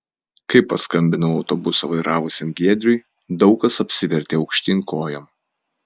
kai paskambinau autobusą vairavusiam giedriui daug kas apsivertė aukštyn kojom